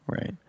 Right